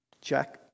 Check